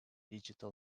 digital